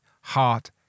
Heart